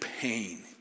pain